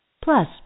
Plus